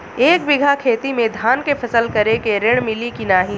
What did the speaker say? एक बिघा खेत मे धान के फसल करे के ऋण मिली की नाही?